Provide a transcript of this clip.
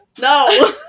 No